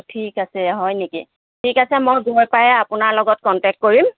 ঠিক আছে হয় নেকি ঠিক আছে মই গৈ পায় আপোনাৰ লগত কণ্টেক কৰিম